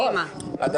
אל תצנזרי אנשים.